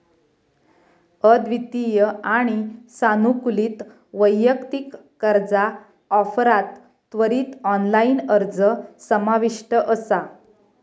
अद्वितीय आणि सानुकूलित वैयक्तिक कर्जा ऑफरात त्वरित ऑनलाइन अर्ज समाविष्ट असा